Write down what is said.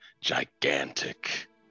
Gigantic